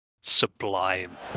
sublime